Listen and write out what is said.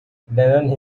lennon